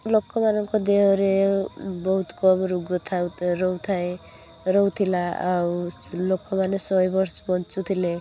ଲୋକମାନଙ୍କ ଦେହରେ ବହୁତ କମ୍ ରୋଗ ରହୁଥାଏ ରହୁଥିଲା ଆଉ ଲୋକମାନେ ଶହେ ବର୍ଷ ବଞ୍ଚୁଥିଲେ